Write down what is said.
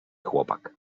chłopak